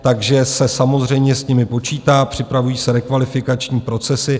Takže se samozřejmě s nimi počítá, připravují se rekvalifikační procesy.